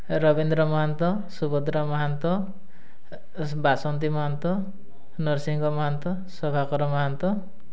Rabindra Mahanta Subhadra Mahanta Basanti Mahanta Narasingha Mahanta Sabhakar Mahanta